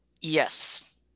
Yes